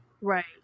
right